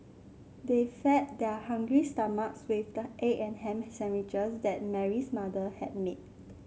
they fed their hungry stomachs with the egg and ham sandwiches that Mary's mother had made